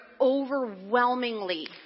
overwhelmingly